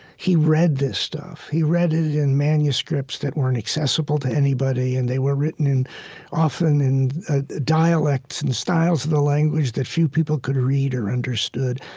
he read this stuff. he read it in manuscripts that weren't accessible to anybody and they were written often in dialects and styles of the language that few people could read or understood.